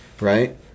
right